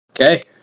Okay